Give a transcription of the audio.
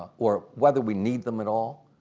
or whether we need them at all.